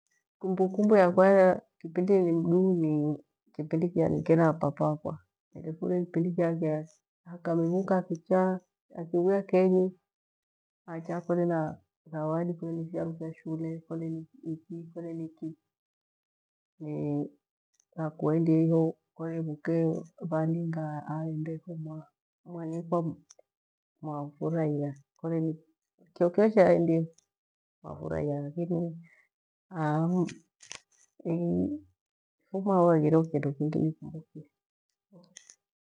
Kumbukumbu ya kwa kipindi ni mndu ni kipindi kiya nike na papa wakwa ningefurie kipindi kia akamivu ka akicha akivuia kenyi. Acha akwerie na thawadi kole ni fyaru vya shule kole ni pipi akuendie iho kole muke valinga aende homwanikwa mwafurahia kole ni iki kyokyo she aendie mwafurahia ifuma ho haghireho kindi kingi nikumbukie hoo.